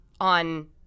on